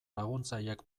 laguntzailek